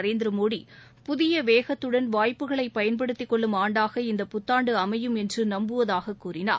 நரேந்திரமோடி புதிய வேகத்துடன் வாய்ப்புகளை பயன்படுத்தி கொள்ளும் ஆண்டாக இந்த புத்தாண்டு அமையும் என்று நம்புவதாக கூறினார்